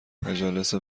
مجالس